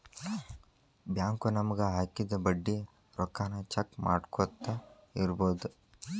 bank ನಮಗ ಹಾಕಿದ ಬಡ್ಡಿ ರೊಕ್ಕಾನ ಚೆಕ್ ಮಾಡ್ಕೊತ್ ಇರ್ಬೊದು